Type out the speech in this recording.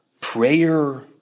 prayer